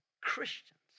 Christians